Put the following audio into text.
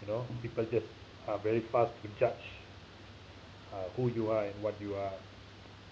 you know people just are very fast to judge uh who you are and what you are